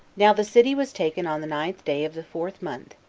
now the city was taken on the ninth day of the fourth month,